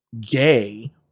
gay